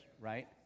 right